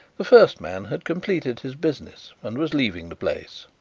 the first man had completed his business and was leaving the place.